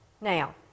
now